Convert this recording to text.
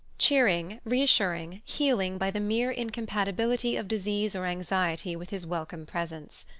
cheering, reassuring, healing by the mere incompatibility of disease or anxiety with his welcome presence.